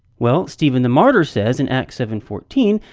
well, stephen the martyr says, in acts seven fourteen,